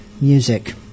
music